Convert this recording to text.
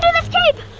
this cape!